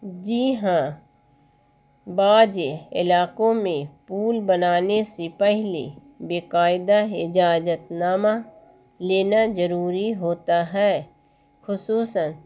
جی ہاں بعض علاقوں میں پول بنانے سے پہلے ب قاعدہ اجازت نامہ لینا ضروری ہوتا ہے خصوصاً